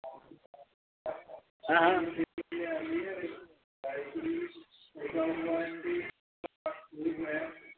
हाँ हाँ